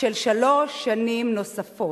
של שלוש שנים נוספות.